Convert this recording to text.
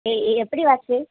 எ எ எப்படி வாட்ச்சி